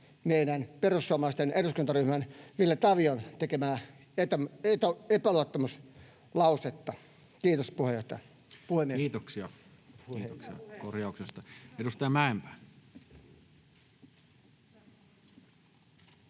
meidän perussuomalaisten eduskuntaryhmän Ville Tavion tekemää epäluottamuslausetta. — Kiitos puheenjohtaja — puhemies. [Speech 267]